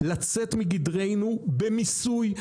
לצאת מגדרנו במיסוי,